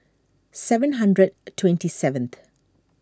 seven hundred twenty seventh